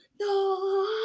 no